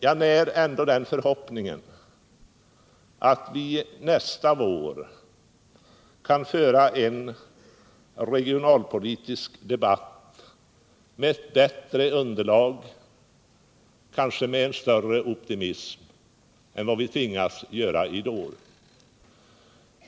Jag har ändå den förhoppningen att vi nästa vår kan föra en regionalpolitisk debatt med ett bättre underlag och kanske med en större optimism än vad vi tvingas göra denna vår.